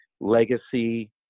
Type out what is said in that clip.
legacy